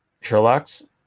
Sherlock's